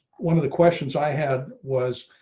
one of the questions i had was,